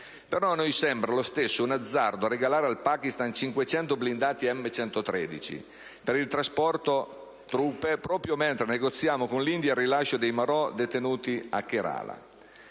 Però a noi sembra lo stesso un azzardo regalare al Pakistan 500 blindati M113 per il trasporto truppe proprio mentre negoziamo con l'India il rilascio dei marò detenuti in Kerala.